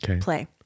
play